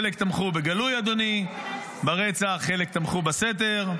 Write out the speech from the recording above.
חלק תמכו ברצח בגלוי, אדוני, חלק תמכו בסתר,